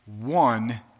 one